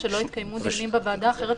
לעצם העניין, אני לא מבין מדוע, מקצועית